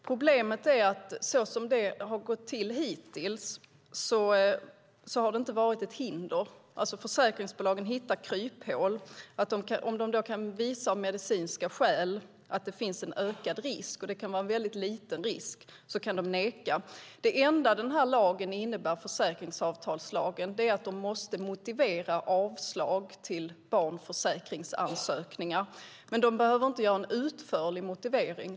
Problemet är att som det har gått till hittills har den inte varit ett hinder. Försäkringsbolagen hittar kryphål. Om de kan visa att det av medicinska skäl finns en ökad risk, och det kan vara en väldigt liten risk, kan de neka. Det enda försäkringsavtalslagen innebär är att de måste motivera avslag på barnförsäkringsansökningar. Men de behöver inte göra en utförlig motivering.